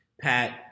Pat